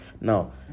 Now